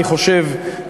אני חושב,